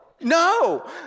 No